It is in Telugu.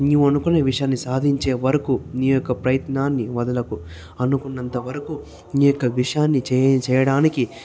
నీవు అనుకునే విషయాన్ని సాధించేవరకు నీ యొక్క ప్రయత్నాన్ని వదలకు అనుకున్నంత వరకు నీ యొక్క విషయాన్ని చేయ చేయడానికి